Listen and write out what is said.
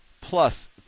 plus